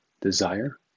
desire